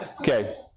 Okay